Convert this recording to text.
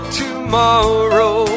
tomorrow